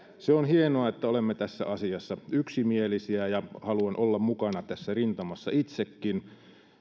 on hienoa että olemme tässä asiassa yksimielisiä ja haluan olla mukana tässä rintamassa itsekin